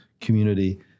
community